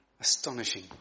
Astonishing